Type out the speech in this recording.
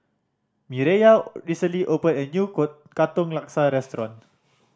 Mireya recently opened a new Katong Laksa restaurant